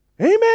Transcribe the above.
Amen